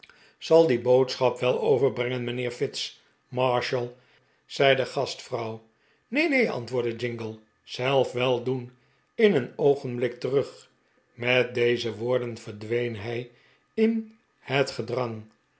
zal die boodschap wel overbrengen mijnheer fitz marshalu zei de gastvrouw neen neen antwoordde jingle zelf wel doen in een oogenblik terug met deze woorden verdween hij in het gedrang